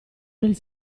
nel